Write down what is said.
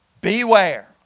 beware